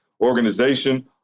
organization